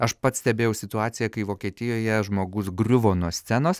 aš pats stebėjau situaciją kai vokietijoje žmogus griuvo nuo scenos